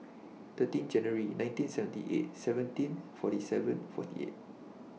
thirteen January nineteen seventy eight seventeen forty seven forty eight